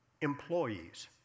employees